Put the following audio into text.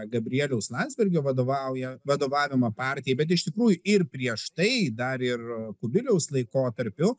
gabrieliaus landsbergio vadovauja vadovavimą partijai bet iš tikrųjų ir prieš tai dar ir kubiliaus laikotarpiu